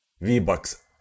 V-Bucks